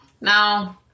No